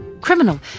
Criminal